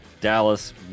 Dallas